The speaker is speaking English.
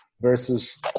versus